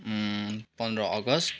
पन्ध्र अगस्त